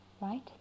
right